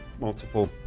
multiple